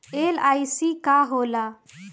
LIC का होला?